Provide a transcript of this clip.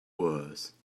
worse